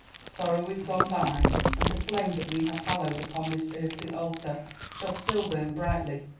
sorrow is gone by and the flame that we have hallowed upon this earthly altar shall still burn brightly,